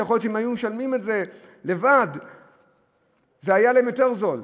שיכול להיות שאם היו משלמים את זה בעצמם זה היה יותר זול.